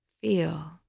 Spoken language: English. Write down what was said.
Feel